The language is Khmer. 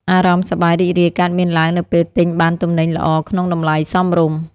អារម្មណ៍សប្បាយរីករាយកើតមានឡើងនៅពេលទិញបានទំនិញល្អក្នុងតម្លៃសមរម្យ។